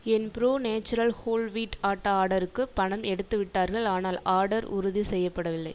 என் pro natural whole wheat atta ஆடருக்கு பணம் எடுத்துவிட்டார்கள் ஆனால் ஆடர் உறுதி செய்யப்படவில்லை